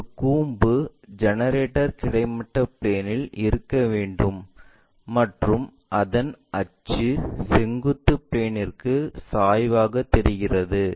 எனவே ஒரு கூம்பு ஜெனரேட்டர் கிடைமட்ட பிளேன்இல் இருக்க வேண்டும் மற்றும் அதன் அச்சு செங்குத்து பிளேன்ற்கு சாய்ந்ததாகத் தெரிகிறது